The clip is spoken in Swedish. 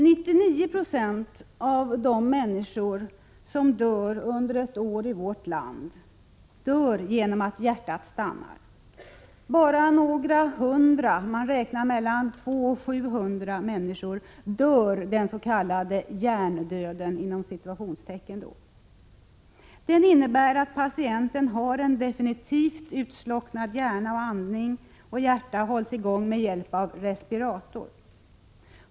99 20 av de människor som dör under ett år i vårt land dör genom att hjärtat stannar. Bara några hundra — mellan 200 och 700 människor — dör ”hjärndöden”. Den innebär att patienten har en definitivt utslocknad hjärna och att andning och hjärta hålls i gång med respirator.